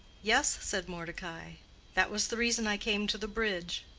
yes, said mordecai that was the reason i came to the bridge.